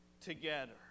together